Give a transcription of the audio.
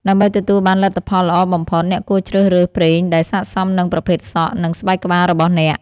ដើម្បីទទួលបានលទ្ធផលល្អបំផុត អ្នកគួរជ្រើសរើសប្រេងដែលស័ក្តិសមនឹងប្រភេទសក់ និងស្បែកក្បាលរបស់អ្នក។